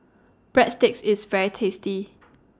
Breadsticks IS very tasty